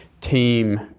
team